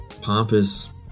pompous